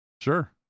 Sure